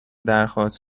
درخواست